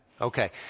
Okay